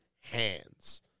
hands